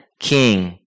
King